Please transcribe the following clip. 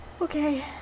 Okay